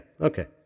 okay